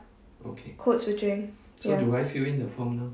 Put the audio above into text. code switching ya